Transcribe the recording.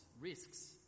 risks